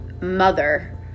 mother